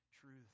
truth